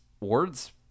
words